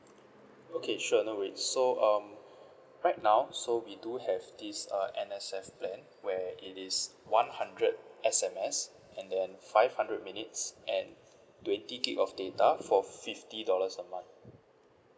okay sure no worries so um right now so we do have this uh N_S_F plan where it is one hundred S_M_S and then five hundred minutes and twenty gigabyte of data for fifty dollars a month